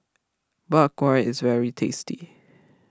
Bak Kwa is very tasty